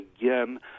again